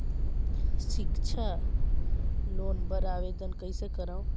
सिक्छा लोन बर आवेदन कइसे करव?